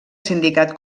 sindicat